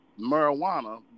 marijuana